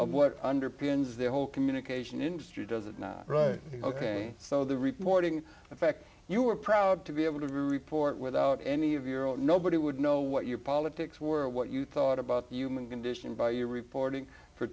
of what underpins the whole communication industry does it not ok so the reporting effect you were proud to be able to report without any of your own nobody would know what your politics were what you thought about the human condition by your reporting for